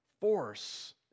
force